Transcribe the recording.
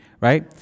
right